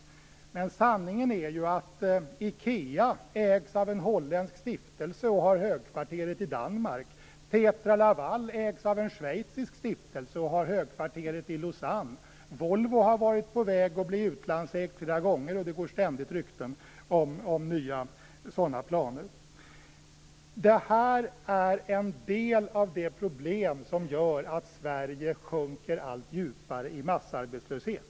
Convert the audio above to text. Men sanningen är ju att IKEA ägs av en holländsk stiftelse och har högkvarteret i Danmark. Tetra Laval ägs av en schweizisk stiftelse och har högkvarteret i Lausanne. Volvo har flera gånger varit på väg att bli utlandsägt, och det går ständigt rykten om nya sådana planer. Det här är en del av det problem som gör att Sverige sjunker allt djupare i massarbetslöshet.